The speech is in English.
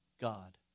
God